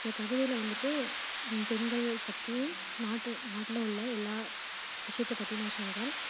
அந்த கவிதையில் வந்துட்டு பெண்கள் பற்றியும் நாட்டு நாட்டில உள்ள எல்லா விஷயத்தை பற்றியும் நான் சொல்கிறேன்